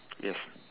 yes